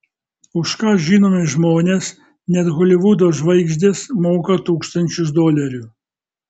už ką žinomi žmonės net holivudo žvaigždės moka tūkstančius dolerių